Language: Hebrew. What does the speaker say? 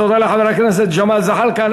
תודה לחבר הכנסת ג'מאל זחאלקה.